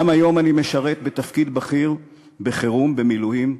גם היום אני משרת בתפקיד בכיר בחירום, במילואים.